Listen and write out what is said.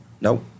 Nope